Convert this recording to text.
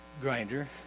grinder